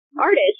artist